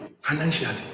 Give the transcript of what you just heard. financially